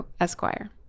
Esquire